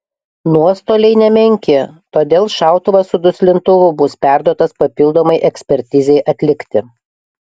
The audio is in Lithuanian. nuostoliai nemenki todėl šautuvas su duslintuvu bus perduotas papildomai ekspertizei atlikti